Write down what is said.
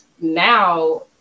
now